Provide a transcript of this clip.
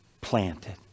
Planted